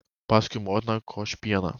paskui motina koš pieną